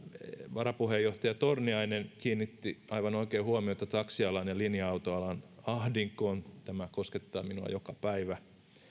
varapuheenjohtaja torniainen kiinnitti aivan oikein huomiota taksialan ja linja autoalan ahdinkoon tämä koskettaa minua joka päivä